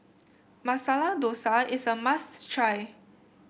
Masala Dosa is a must try